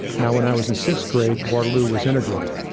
now, when i was in sixth grade, waterloo was integrated.